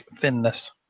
thinness